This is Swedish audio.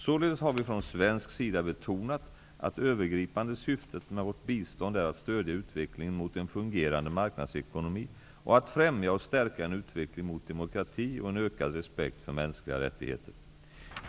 Således har vi från svensk sida betonat att det övergripande syftet med vårt bistånd är att stödja utvecklingen mot en fungerande marknadsekonomi och att främja och stärka en utveckling mot demokrati och en ökad respekt för mänskliga rättigheter.